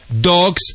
dogs